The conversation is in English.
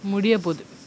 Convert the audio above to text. முடியப்போது:mudiyappothu